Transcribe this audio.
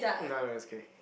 no no no is okay